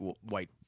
white